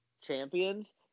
champions